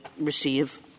receive